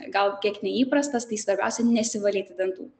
gal kiek neįprastas tai svarbiausia nesivalyti dantų